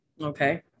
Okay